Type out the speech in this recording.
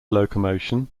locomotion